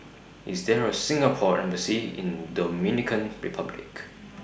IS There A Singapore Embassy in Dominican Republic